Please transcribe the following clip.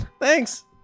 Thanks